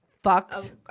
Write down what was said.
fucked